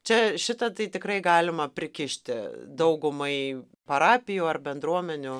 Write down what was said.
čia šitą tai tikrai galima prikišti daugumai parapijų ar bendruomenių